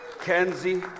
Kenzie